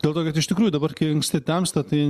dėl to kad iš tikrųjų dabar kai anksti temsta tai